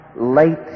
late